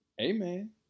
Amen